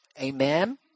Amen